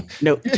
No